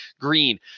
green